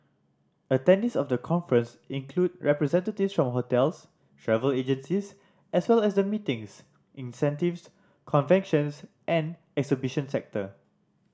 attendees of the conference include representatives from hotels travel agencies as well as the meetings incentives conventions and exhibition sector